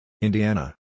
Indiana